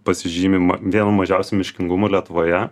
pasižymima vienu mažiausiu miškingumu lietuvoje